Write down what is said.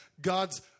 God's